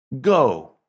Go